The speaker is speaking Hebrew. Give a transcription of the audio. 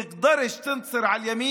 רוצה לפנות לקהל שלנו, הערבי.)